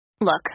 Look